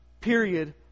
period